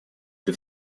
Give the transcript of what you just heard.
для